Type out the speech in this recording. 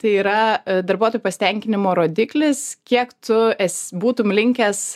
tai yra darbuotojų pasitenkinimo rodiklis kiek tu es būtum linkęs